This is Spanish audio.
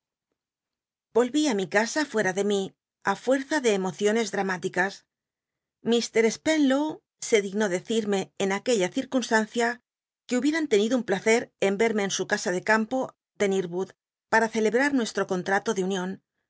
á mi casa fuera de mi l'ucrza de emociones dramáticas mr spenlow se dignó decirme en aquella circunstancia que hubieran tenido un gmn placer en verme en su casa de campo de ncrwood para celebrar nuesho contrato de union